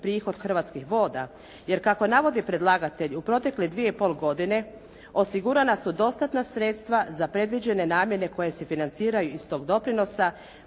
prihod Hrvatskih voda jer kako navodi predlagatelj, u protekle 2,5 godine osigurana su dostatna sredstva za predviđene namjene koje se financiraju iz tog doprinosa,